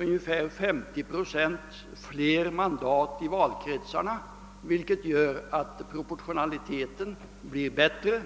ungefär 50 procent fler mandat i valkretsarna, vilket gör att proportionaliteten blir bättre.